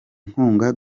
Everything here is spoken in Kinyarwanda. nkunga